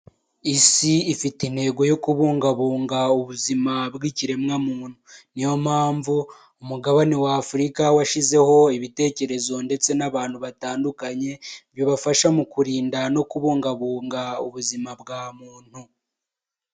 Isi ifite intego yo kubungabunga ubuzima bw'ikiremwa muntu niyo mpamvu umugabane wa afurika washyizeho ibitekerezo, ndetse n'abantu batandukanye bibafasha mu kurinda no kubungabunga ubuzima bwa muntu.